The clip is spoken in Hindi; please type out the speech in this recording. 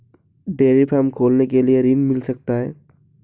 डेयरी फार्म खोलने के लिए ऋण मिल सकता है?